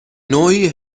نوعی